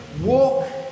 walk